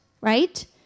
right